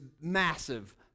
massive